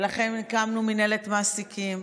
ולכן, הקמנו מינהלת מעסיקים,